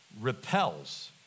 repels